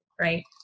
right